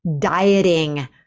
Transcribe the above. dieting